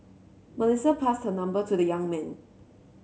Melissa passed her number to the young man